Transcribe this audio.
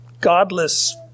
godless